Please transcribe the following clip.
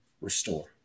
restore